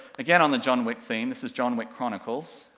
again on the john wick theme, this is john wick chronicles,